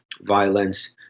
violence